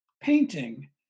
painting